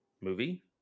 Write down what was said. movie